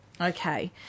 Okay